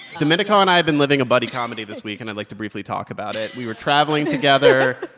domenico and i have been living a buddy comedy this week, and i'd like to briefly talk about it. we were traveling together.